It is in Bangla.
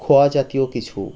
খোয়া জাতীয় কিছু